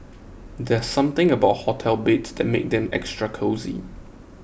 there's something about hotel beds that makes them extra cosy